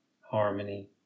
harmony